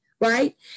right